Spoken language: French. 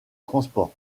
transport